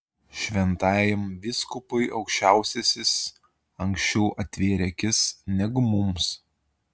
šventajam vyskupui aukščiausiasis anksčiau atvėrė akis negu mums